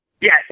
Yes